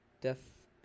Death